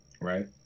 Right